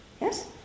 Yes